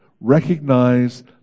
recognize